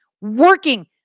Working